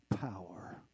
power